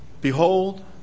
Behold